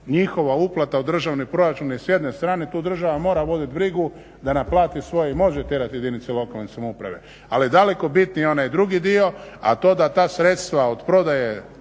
njihova uplata u državni proračun s jedne strane tu država mora voditi brigu da naplati svoje i može tjerati jedinice lokalne samouprave. Ali daleko bitniji onaj drugi dio, a to da ta sredstva od prodaje